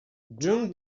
june